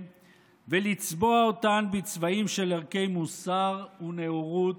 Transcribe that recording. ולצבוע אותן בצבעים של "ערכי מוסר ונאורות",